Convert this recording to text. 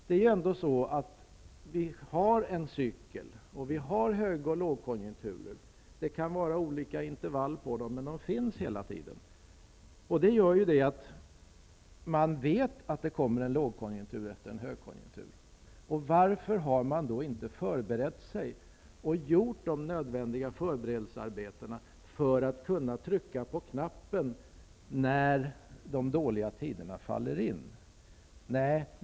Det är ändå så att vi har en cykel, och vi har hög och lågkonjunkturer. Det kan vara olika intervall på dem, men de kommer alltid. Man vet att det kommer en lågkonjunktur efter en högkonjunktur. Varför har man inte förberett sig och gjort de nödvändiga förberedelserna för att så att säga kunna trycka på knappen, när de dåliga tiderna faller in?